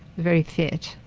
very fit,